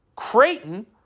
Creighton